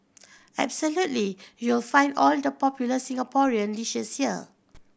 absolutely you'll find all the popular Singaporean dishes here